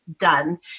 done